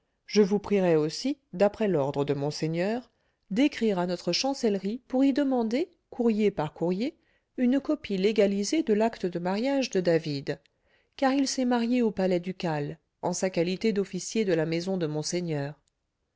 je vous prierai aussi d'après l'ordre de monseigneur d'écrire à notre chancellerie pour y demander courrier par courrier une copie légalisée de l'acte de mariage de david car il s'est marié au palais ducal en sa qualité d'officier de la maison de monseigneur